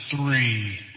three